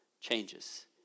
changes